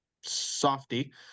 softy